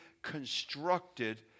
constructed